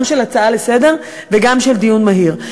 גם של הצעה לסדר-היום וגם של דיון מהיר.